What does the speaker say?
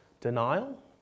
denial